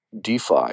DeFi